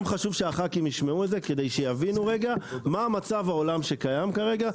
גם חשוב שהח"כים ישמעו את זה כדי שיבינו מה מצב העולם שקיים כרגע,